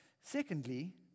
Secondly